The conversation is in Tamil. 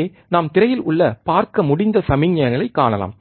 எனவே நாம் திரையில் உள்ள பார்க்க முடிந்த சமிக்ஞைகளைக் காணலாம்